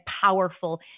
powerful